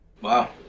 Wow